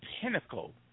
pinnacle